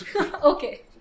Okay